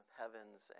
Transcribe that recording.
heavens